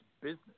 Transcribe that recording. business